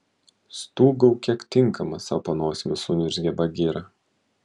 stūgauk kiek tinkamas sau po nosimi suniurzgė bagira